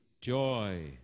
joy